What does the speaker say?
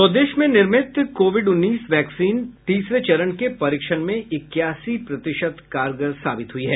स्वदेश में निर्मित कोविड उन्नीस वैक्सीन टीका तीसरे चरण के परीक्षण में इक्यासी प्रतिशत कारगर साबित हुआ है